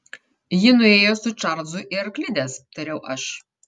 ji nuėjo su čarlzu į arklides tariau aš